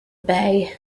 bay